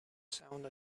sound